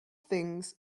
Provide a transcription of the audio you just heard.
things